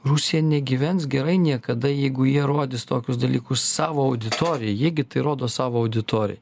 rusija negyvens gerai niekada jeigu jie rodys tokius dalykus savo auditorijai jie gi tai rodo savo auditorijai